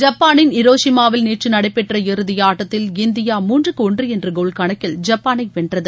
ஜப்பாளின் ஹிரோஷிமாவில் நேற்று நடைபெற்ற இறுதியாட்டத்தில் இந்தியா மூன்றுக்கு ஒன்று என்ற கோல்கணக்கில ஐப்பானை வென்றது